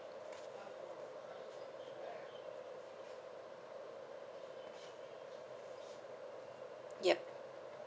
yup